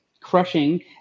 crushing